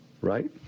Right